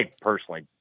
personally